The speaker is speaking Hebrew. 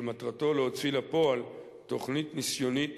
שמטרתו להוציא לפועל תוכנית ניסיונית